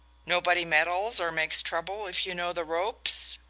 nobody meddles or makes trouble if you know the ropes?